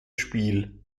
spiel